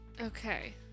Okay